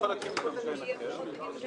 מול היכולות של הבנות, של